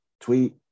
tweet